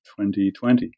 2020